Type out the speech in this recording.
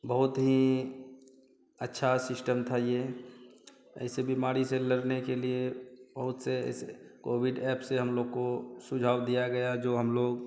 बहुत ही अच्छा सिश्टम था यह ऐसे बीमारी से लड़ने के लिए बहुत से ऐसे कोविड एप से हम लोग को सुझाव दिया गया जो हम लोग